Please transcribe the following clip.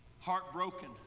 Heartbroken